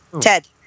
Ted